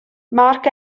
mark